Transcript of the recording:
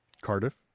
Cardiff